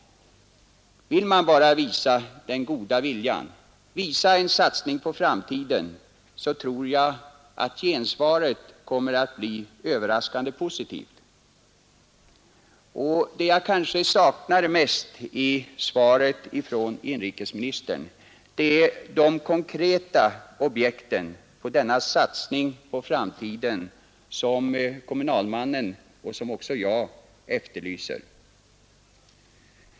Ville man bara visa den goda viljan, göra en satsning på framtiden, så tror jag att gensvaret skulle bli överraskande positivt. Det jag kanske saknar mest i svaret från inrikesministern är de konkreta objekten för den satsning på framtiden som kommunalmannen och även - jag efterlyser.